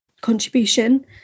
contribution